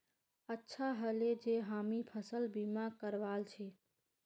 अच्छा ह ले जे हामी फसल बीमा करवाल छि